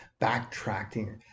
backtracking